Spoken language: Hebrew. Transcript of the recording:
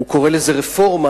הוא קורא לזה רפורמה.